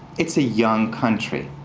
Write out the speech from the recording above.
it's a young country.